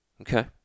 Okay